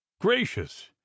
Gracious